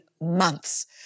months